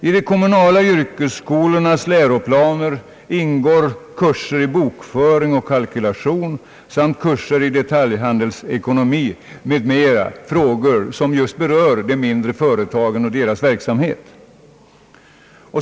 I de kommunala yrkesskolornas läroplaner ingår kurser i bokföring och kalkylation samt kurser i detaljhandelsekonomi m. m, — frågor som just berör de mindre företagen och deras verksamhet.